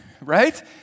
right